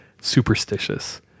superstitious